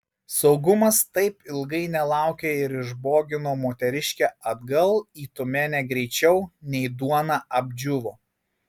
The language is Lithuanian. saugumas taip ilgai nelaukė ir išbogino moteriškę atgal į tiumenę greičiau nei duona apdžiūvo